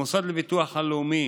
המוסד לביטוח לאומי,